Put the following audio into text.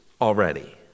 already